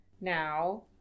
now